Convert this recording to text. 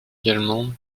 également